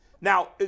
Now